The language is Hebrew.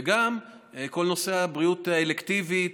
וגם כל נושא הבריאות האלקטיבית,